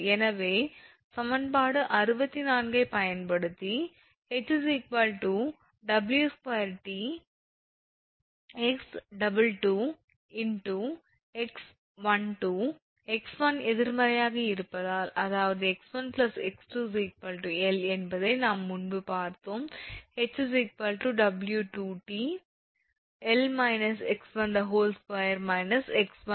எனவே சமன்பாடு 61 ஐ பயன்படுத்தி h 𝑊2𝑇 𝑥22 𝑥 𝑥12 𝑥1 எதிர்மறையாக இருப்பதால் அதாவது 𝑥1𝑥2 𝐿 என்பதை நாம் முன்பு பார்த்தோம் ℎ 𝑊2𝑇 𝐿 − 𝑥1 2 − 𝑥12 𝑊2𝑇 𝐿 − 2𝑥1